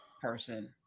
person